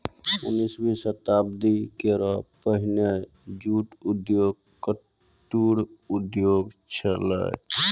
उन्नीसवीं शताब्दी केरो पहिने जूट उद्योग कुटीर उद्योग छेलय